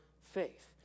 faith